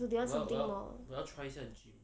so they want something more